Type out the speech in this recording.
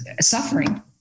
suffering